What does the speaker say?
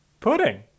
Pudding